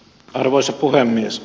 arvoisa puhemies